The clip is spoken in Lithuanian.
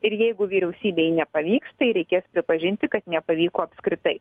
ir jeigu vyriausybei nepavyks tai reikės pripažinti kad nepavyko apskritai